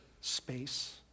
Space